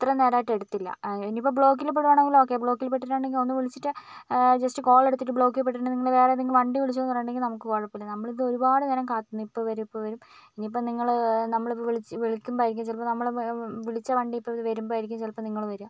ഇത്രനേരായിട്ടും എടുത്തില്ല ഇനിയിപ്പോൾ ബ്ലോക്കിൽ പെടുവാണെങ്കിൽ ഓക്കേ ബ്ലോക്കിൽ പെട്ടിട്ടുണ്ടെങ്കിൽ ഒന്ന് വിളിച്ചിട്ട് ജസ്റ്റ് കോൾ എടുത്തിട്ട് ബ്ലോക്കിൽ പെട്ടിട്ടുണ്ട് നിങ്ങൾ വേറേതെങ്കിലും വണ്ടി വിളിച്ചോളു എന്ന് പറയുന്നുണ്ടെങ്കിൽ നമുക്ക് കുഴപ്പമില്ല നമ്മളിത് ഒരുപാട് നേരം കാത്ത് നിന്ന് ഇപ്പം വരും ഇപ്പം വരും ഇനിയിപ്പോൾ നിങ്ങൾ നമ്മൾ വിളിച്ച് വിളിക്കുമ്പോൾ ആയിരിക്കും ചിലപ്പോൾ നമ്മൾ വിളിച്ച വണ്ടി ഇപ്പോൾ വരുമ്പോൾ ആയിരിക്കും ചിലപ്പോൾ നിങ്ങൾ വരുക